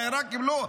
העיראקים לא?